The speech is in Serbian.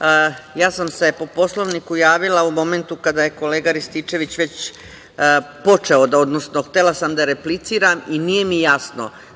Radeta** Ja sam se po Poslovniku javila u momentu kada je kolega Rističević već počeo, odnosno htela sam da repliciram i nije mi jasno